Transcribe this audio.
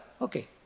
Okay